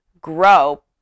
grow